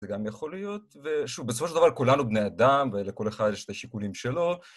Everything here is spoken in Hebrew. זה גם יכול להיות, ושוב בסופו של דבר כולנו בני אדם, ולכל אחד יש את השיקולים שלו.